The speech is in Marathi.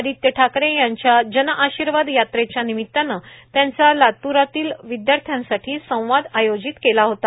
आदित्य ठाकरे यांच्या जनआशिर्वाद यावेच्या निमित्ताने त्यांचा लातूरातील विद्यार्थ्यांसाठी संवाद आयोजित केला होता